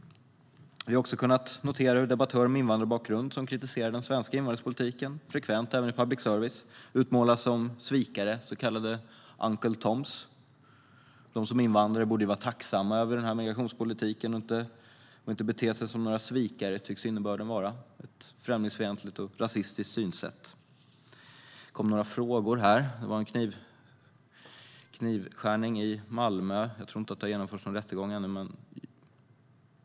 Vi har också kunnat notera hur debattörer med invandrarbakgrund som kritiserar den svenska invandringspolitiken frekvent även i public service utmålas som svikare, så kallade Uncle Tom. De som invandrare borde vara tacksamma över den här migrationspolitiken och inte bete sig som några svikare, tycks innebörden vara. Det är ett främlingsfientligt och rasistiskt synsätt. Det kom några frågor. Det var en knivskärning i Malmö. Jag tror inte att det ännu har genomförts någon rättegång.